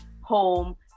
home